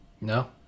No